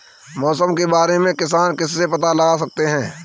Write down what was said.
मौसम के बारे में किसान किससे पता लगा सकते हैं?